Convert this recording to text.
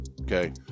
Okay